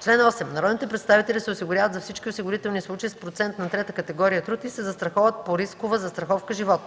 Чл. 8. Народните представители се осигуряват за всички осигурителни случаи с процент на трета категория труд и се застраховат по рискова застраховка „Живот”.